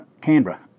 Canberra